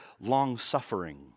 long-suffering